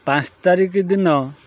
ପାଞ୍ଚ ତାରିଖ ଦିନ